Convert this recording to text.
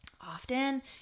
Often